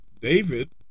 David